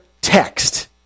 text